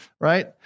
right